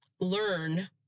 learn